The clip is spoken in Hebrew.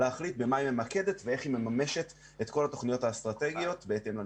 במה היא ממקדת ואיך היא מממשת את כל התוכניות האסטרטגיות בהתאם לנדרש.